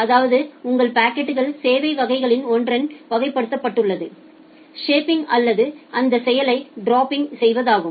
அதாவது உங்கள் பாக்கெட்கள் சேவை வகைகளில் ஒன்றில் வகைப்படுத்துதல் சேப்பிங் அல்லது அந்த செயலை ட்ராப்பிங் செய்வதாகும்